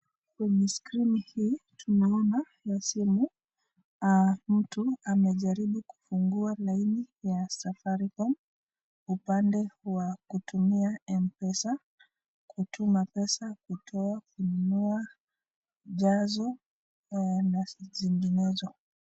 Kwenye skrini hii tunaona, simu mtu amejaribu kufungua laini ya safaricom upande wa kutumia m-pesa , kutuma pesa, kutoa, kununua jazo na nyinginezo.